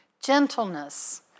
Gentleness